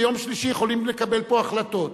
ביום שלישי יכולים לקבל פה החלטות.